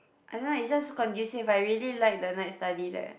I don't know is just so conducive I really like the night study there